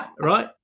right